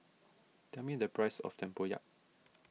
tell me the price of Tempoyak